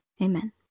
Amen